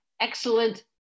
excellent